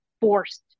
forced